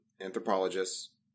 anthropologists